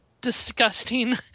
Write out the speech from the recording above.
disgusting